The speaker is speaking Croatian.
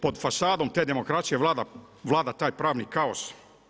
Pod fasadom te demokracije vlada taj pravni kaos.